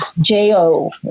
J-O